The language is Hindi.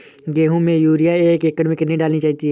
गेहूँ में यूरिया एक एकड़ में कितनी डाली जाती है?